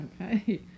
Okay